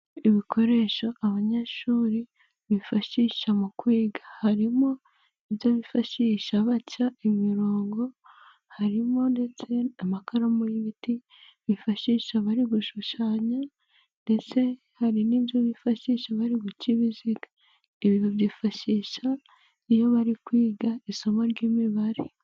Ibikoresho abanyeshuri bifashisha mu kwiga harimo ibyo bifashisha baca imirongo, harimo ndetse amakaramu y'ibiti bifashisha bari gushushanya ndetse hari n'ibyo bifashisha bari guca ibiziga, ibi babyifashisha iyo bari kwiga isomo ry'Imibare.